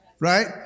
Right